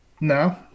No